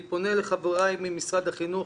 אני פונה לחבריי ממשרד החינוך,